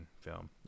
film